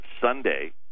Sunday